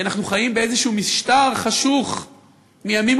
כי אנחנו חיים באיזשהו משטר חשוך מימים